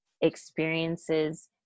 experiences